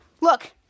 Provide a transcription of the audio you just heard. Look